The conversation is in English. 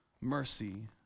mercy